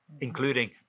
including